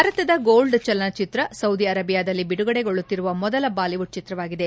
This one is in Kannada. ಭಾರತದ ಗೋಲ್ಡ್ ಚಲನಚಿತ್ರ ಸೌದಿ ಅರೇಬಿಯಾದಲ್ಲಿ ಬಿಡುಗಡೆಗೊಳ್ಳುತ್ತಿರುವ ಮೊದಲ ಬಾಲಿವುಡ್ ಚಿತ್ರವಾಗಲಿದೆ